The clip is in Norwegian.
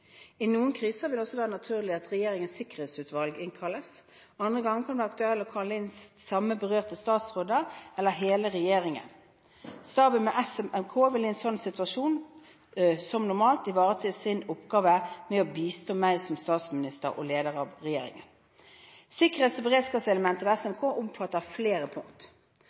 I noen kriser vil det også være naturlig at Regjeringens sikkerhetsutvalg innkalles. Andre ganger kan det være aktuelt å kalle sammen berørte statsråder eller hele regjeringen. Staben ved SMK vil i en slik situasjon, som normalt, ivareta sin oppgave med å bistå meg som statsminister og leder av regjeringen. Sikkerhets- og beredskapselementet ved SMK omfatter flere